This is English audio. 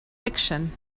fiction